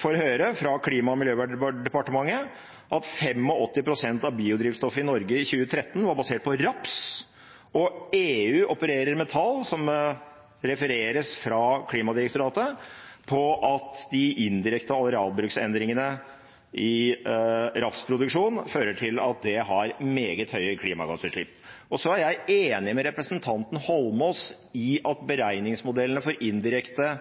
får høre fra Klima- og miljødepartementet at 85 pst. av biodrivstoffet i Norge i 2013 var basert på raps, og EU opererer med tall – som refereres fra Klimadirektoratet – på at de indirekte arealbruksendringene i rapsproduksjon fører til at det har meget høye klimagassutslipp. Jeg er enig med representanten Eidsvoll Holmås i at beregningsmodellene for indirekte